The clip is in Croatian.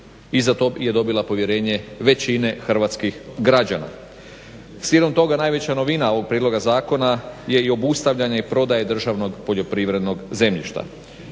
za to je dobila povjerenje većine hrvatskih građana. Slijedom toga najveća novina ovog prijedloga zakona je i obustavljanje prodaje državnog poljoprivrednog zemljišta.